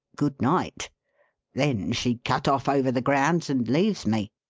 good night then she cut off over the grounds and leaves me.